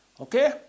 Okay